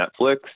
Netflix